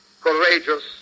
courageous